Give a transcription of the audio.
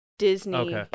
Disney